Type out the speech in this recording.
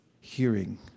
hearing